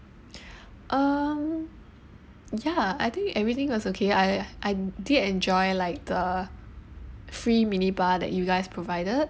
um ya I think everything was okay I I did enjoy like the free mini bar that you guys provided